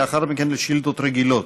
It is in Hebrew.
ולאחר מכן על שאילתות רגילות.